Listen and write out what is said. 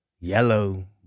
Yellow